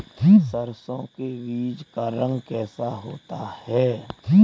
सरसों के बीज का रंग कैसा होता है?